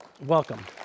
Welcome